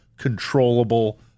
Controllable